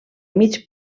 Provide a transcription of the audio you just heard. mig